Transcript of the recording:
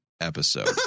episode